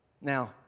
Now